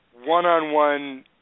one-on-one